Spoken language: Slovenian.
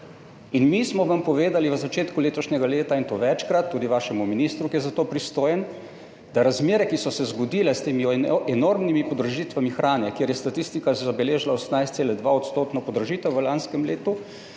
In mi smo vam povedali v začetku letošnjega leta in večkrat, tudi vašemu ministru, ki je pristojen za to, da razmere, ki so se zgodile s temi enormnimi podražitvami hrane, kjer je statistika zabeležila 18,2-odstotno podražitev v lanskem letu,